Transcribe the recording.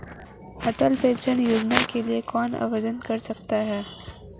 अटल pension योजना के लिए कौन आवेदन कर सकता है?